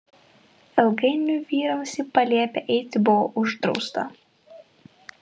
ilgainiui vyrams į palėpę eiti buvo uždrausta